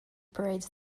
parades